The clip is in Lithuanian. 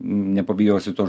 nepabijosiu to